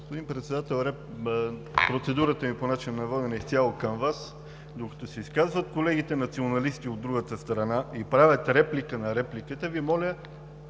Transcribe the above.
Господин Председател, процедурата ми по начина на водене е изцяло към Вас. Докато се изказват колегите националисти от другата страна и правят реплика на репликата, Ви моля